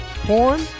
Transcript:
porn